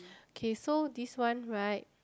okay so this one right